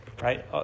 right